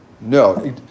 no